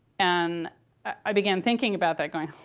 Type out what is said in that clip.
and i began thinking about that going,